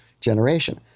generation